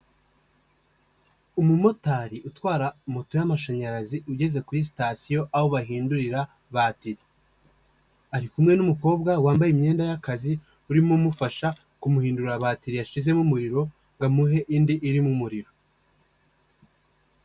Umumotari utwara moto y'amashanyarazi ugeze kuri sitasiyo aho bahindurira batiri. Ari kumwe n'umukobwa wambaye imyenda y'akazi, urimo umufasha kumuhindurira batiri yashizemo umuriro, ngo amuhe indi irimo umuriro.